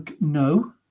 No